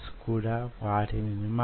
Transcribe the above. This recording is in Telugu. మన సమస్యను వివరిద్దామా